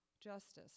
justice